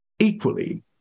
equally